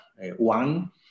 one